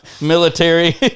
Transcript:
military